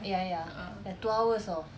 ya ya two hours [tau]